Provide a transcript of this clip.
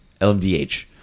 LMDH